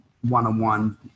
one-on-one